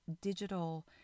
digital